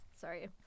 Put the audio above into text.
Sorry